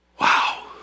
Wow